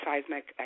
seismic